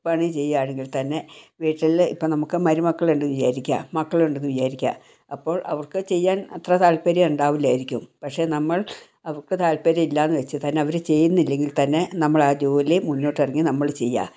പണി ചെയ്യുകയാണെങ്കിൽ തന്നെ വീട്ടിൽ ഇപ്പോൾ നമുക്ക് മരുമക്കൾ ഉണ്ട് വിചാരിക്കുക മക്കൾ ഉണ്ടെന്ന് വിചാരിക്കുക അപ്പോൾ അവർക്ക് ചെയ്യാൻ അത്ര താൽപ്പര്യം ഉണ്ടാവില്ലായിരിക്കും പക്ഷേ നമ്മൾ അവർക്ക് താൽപ്പര്യം ഇല്ലയെന്ന് വച്ച് തന്നെ അവർ ചെയ്യുന്നില്ലെങ്കിൽ തന്നെ നമ്മൾ ആ ജോലി മുന്നോട്ട് ഇറങ്ങി നമ്മൾ ചെയ്യുക